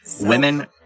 Women